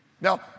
Now